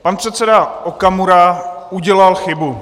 Pan předseda Okamura udělal chybu.